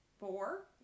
Four